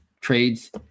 trades